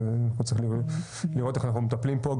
צריך לראות איך אנחנו מטפלים פה,